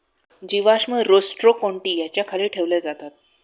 जीवाश्म रोस्ट्रोकोन्टि याच्या खाली ठेवले जातात